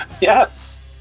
Yes